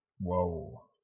whoa